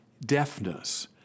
deafness